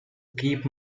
keep